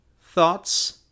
thoughts